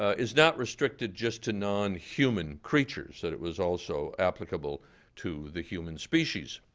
is not restricted just to non-human creatures, that it was also applicable to the human species.